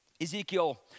Ezekiel